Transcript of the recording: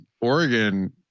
Oregon